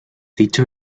dicho